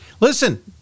Listen